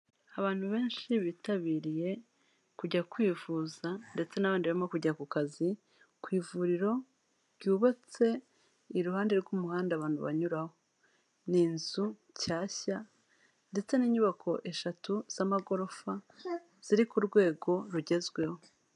Abantu benshi bitabiriye kujya kwivuza ndetse n'abandi barimo kujya ku kazi, ku ivuriro ryubatse iruhande rw'umuhanda abantu banyuraho, ni inzu nshyashya ndetse n'inyubako eshatu z'amagorofa ziri ku rwego rugezweho.